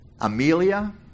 Amelia